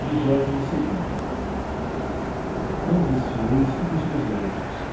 o ão vos fieis uns nos outros